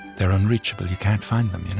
they're unreachable. you can't find them.